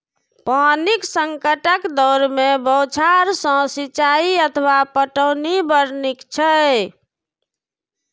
पानिक संकटक दौर मे बौछार सं सिंचाइ अथवा पटौनी बड़ नीक छै